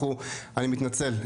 אני מתנצל,